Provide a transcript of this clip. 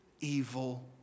evil